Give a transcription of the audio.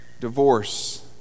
divorce